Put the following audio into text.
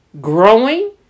growing